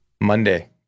Monday